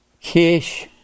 Kish